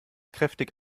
kräftig